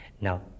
Now